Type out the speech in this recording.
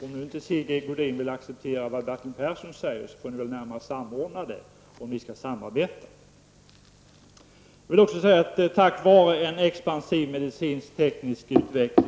Om inte Sigge Godin vill acceptera vad Bertil Persson säger, så får ni väl samordna er om ni skall samarbeta.